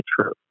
true